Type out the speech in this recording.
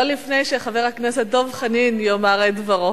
לא לפני שחבר הכנסת דב חנין יאמר את דברו.